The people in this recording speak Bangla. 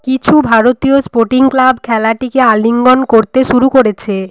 কিছু ভারতীয় স্পোর্টিং ক্লাব খেলাটিকে আলিঙ্গন করতে শুরু করেছে